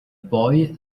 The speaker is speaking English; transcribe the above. boy